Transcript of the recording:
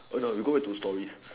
!oi! no we go back to stories